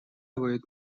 نباید